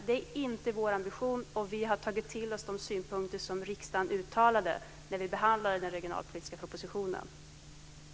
Det är inte vår ambition, och vi har tagit till oss de synpunkter som riksdagen uttalade när den regionalpolitiska propositionen behandlades.